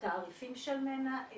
התעריפים של מנהל,